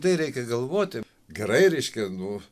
tai reikia galvoti gerai reiškia nu